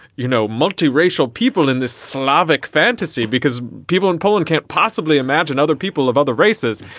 you know, multiracial people in this slavic fantasy because people in poland can't possibly imagine other people of other races.